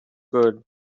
good